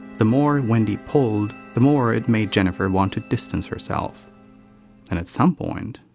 the more wendy pulled, the more it made jennifer want to distance herself. and at some point,